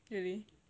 really